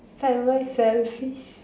am I selfish